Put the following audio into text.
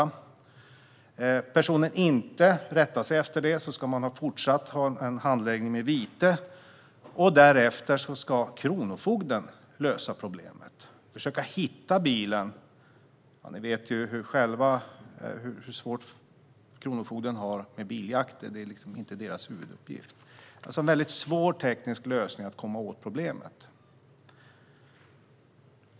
Om personen inte rättar sig efter det ska man fortsatt ha en handläggning med vite. Därefter ska kronofogden lösa problemet och försöka hitta bilen. Ni vet själva hur svårt kronofogden har med biljakter. Det är inte deras huvuduppgift. Det är en väldigt svår teknisk lösning för att komma åt problemet.